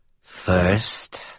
First